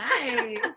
Nice